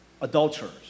adulterers